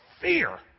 fear